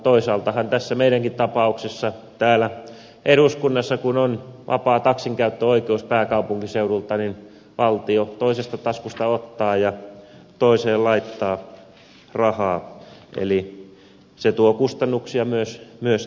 toisaaltahan tässä meidänkin tapauksessamme täällä eduskunnassa kun on vapaa taksinkäyttöoikeus pääkaupunkiseudulla valtio toisesta taskusta ottaa ja toiseen laittaa rahaa eli se tuo kustannuksia myös tänne